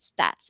stats